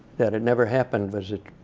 that it never happened was